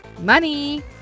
money